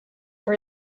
for